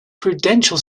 prudential